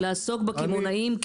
לעסוק בקמעונאים,